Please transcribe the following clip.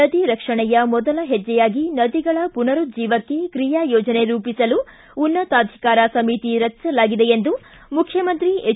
ನದಿ ರಕ್ಷಣೆಯ ಮೊದಲ ಹೆಜ್ಜೆಯಾಗಿ ನದಿಗಳ ಪುನರುಜ್ಜೀವಕ್ಕೆ ಕ್ರೀಯಾ ಯೋಜನೆ ರೂಪಿಸಲು ಉನ್ನತಾಧಿಕಾರ ಸಮಿತಿ ರಚಿಸಲಾಗಿದೆ ಎಂದು ಮುಖ್ಯಮಂತ್ರಿ ಎಚ್